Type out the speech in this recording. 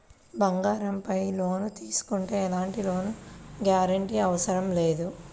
బంగారంపై లోను తీసుకుంటే ఎలాంటి లోను గ్యారంటీ అవసరం లేదు